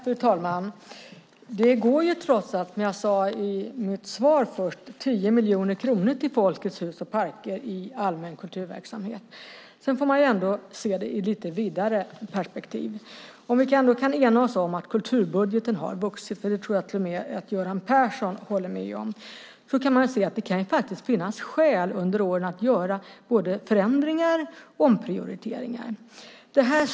Fru talman! Det går trots allt, som jag sade i mitt svar, 10 miljoner kronor till Folkets Hus och Parker i allmän kulturverksamhet. Man får ändå se det i ett lite vidare perspektiv. Vi kan enas om att kulturbudgeten har vuxit. Det tror jag att till och med Göran Persson håller med om. Då kan det finnas skäl under åren att göra både förändringar och omprioriteringar.